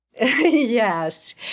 Yes